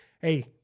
hey